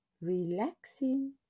relaxing